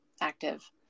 active